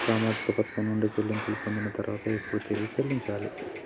సామాజిక పథకం నుండి చెల్లింపులు పొందిన తర్వాత ఎప్పుడు తిరిగి చెల్లించాలి?